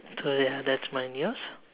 so ya that's mine yours